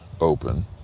open